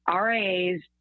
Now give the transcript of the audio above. RIAs